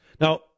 Now